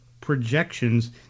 projections